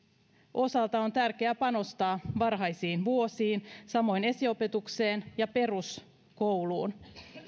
osalta on tärkeää panostaa varhaisiin vuosiin samoin esiopetukseen ja peruskouluun